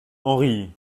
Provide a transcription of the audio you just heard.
henri